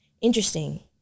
Interesting